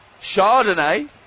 Chardonnay